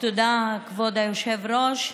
תודה, כבוד היושב-ראש,